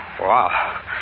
Wow